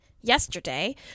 yesterday